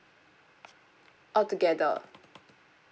uh together